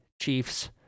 Chiefs